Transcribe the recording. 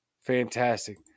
fantastic